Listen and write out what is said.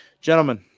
gentlemen